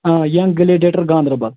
ٲں young gladiator Ganderbal